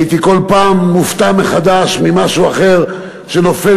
הייתי כל פעם מופתע מחדש ממשהו אחר שנופל